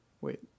Wait